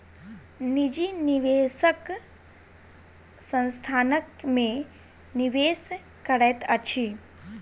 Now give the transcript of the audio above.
निजी निवेशक संस्थान में निवेश करैत अछि